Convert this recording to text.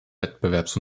wettbewerbs